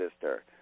sister